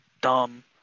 dumb